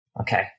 Okay